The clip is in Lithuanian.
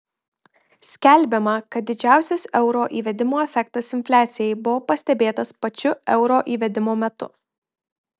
skelbiama kad didžiausias euro įvedimo efektas infliacijai buvo pastebėtas pačiu euro įvedimo metu